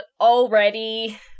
already